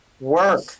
work